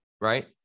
Right